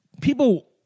people